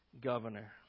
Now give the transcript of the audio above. governor